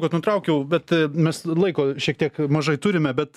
kad nutraukiau bet mes laiko šiek tiek mažai turime bet